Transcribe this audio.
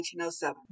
1907